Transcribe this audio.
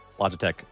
Logitech